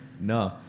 No